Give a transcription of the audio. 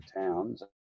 towns